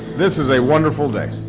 this is a wonderful day.